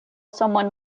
someone